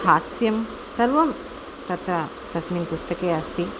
हास्यं सर्वं तत्र तस्मिन् पुस्तके अस्ति